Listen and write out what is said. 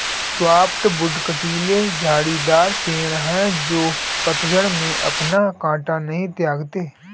softwood कँटीले झाड़ीदार पेड़ हैं जो पतझड़ में अपना काँटा नहीं त्यागते